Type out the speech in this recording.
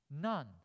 None